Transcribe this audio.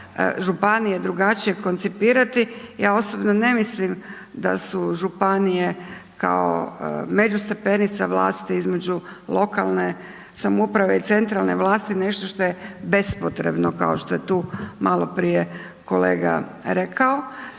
županije drugačije koncipirati. Ja osobno ne mislim da su županije kao međustepenica vlasti između lokalne samouprave i centralne vlasti nešto što je bespotrebno kao što je tu maloprije kolega rekao.